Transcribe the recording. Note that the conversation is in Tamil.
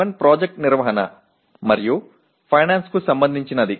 எடுத்துக்காட்டாக PO11 திட்ட மேலாண்மை மற்றும் நிதி தொடர்பானது